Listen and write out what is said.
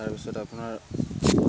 তাৰপিছত আপোনাৰ